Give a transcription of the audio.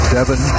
Devin